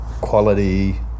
quality